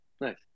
Nice